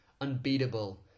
unbeatable